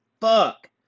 fuck